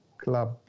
club